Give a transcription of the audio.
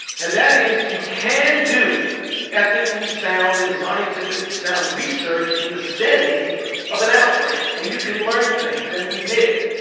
and that is you can do ethically sound and scientifically sound research in the setting of an outbreak. and you can learn things, and we did.